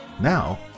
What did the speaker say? Now